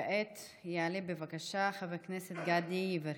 כעת יעלה, בבקשה, חבר הכנסת גדי יברקן.